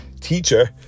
teacher